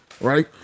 Right